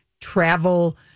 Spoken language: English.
travel